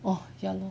orh ya lor